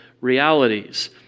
realities